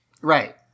Right